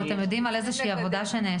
אתם יודעים על איזושהי עבודה שנעשית?